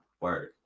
Word